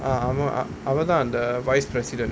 அவன் தான் அந்த:avan thaan antha vice president